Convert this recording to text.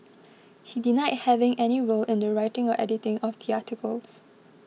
he denied having any role in the writing or editing of the articles